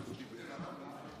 ברשות אדוני היושב-ראש,